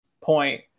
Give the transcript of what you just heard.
point